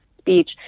speech